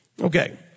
Okay